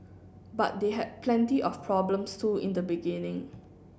but they had plenty of problems too in the beginning